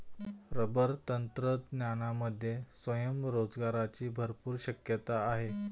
rubber तंत्रज्ञानामध्ये स्वयंरोजगाराची भरपूर शक्यता आहे